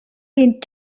den